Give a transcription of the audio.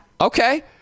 Okay